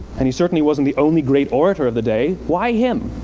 and he certainly wasn't the only great orator of the day. why him?